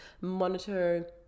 Monitor